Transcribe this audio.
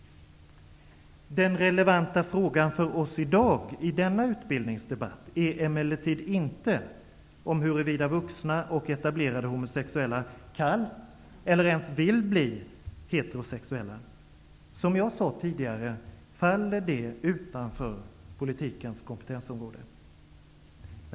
Den relevanta frågan för oss i dag i denna utbildningsdebatt är emellertid inte huruvida vuxna och etablerade homosexuella kan eller ens vill bli heterosexuella. Som jag sade tidigare faller det utanför politikens kompetensområde.